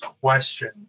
question